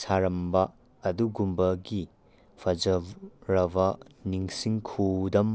ꯁꯥꯔꯝꯕ ꯑꯗꯨꯒꯨꯝꯕꯒꯤ ꯐꯖꯔꯕ ꯅꯤꯡꯁꯤꯡ ꯈꯨꯗꯝ